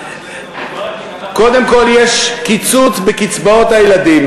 קודם כול יש קיצוץ בקצבאות הילדים,